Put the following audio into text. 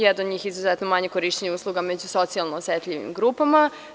Jedan od njih je izuzetno manje korišćenje usluga među socijalno osetljivim grupama.